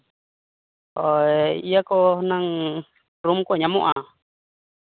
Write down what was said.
ᱳᱭ ᱤᱭᱟᱹ ᱠᱚ ᱦᱩᱱᱟᱹᱝ ᱨᱩᱢ ᱠᱚ ᱧᱟᱢᱚᱜᱼᱟ